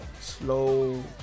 slow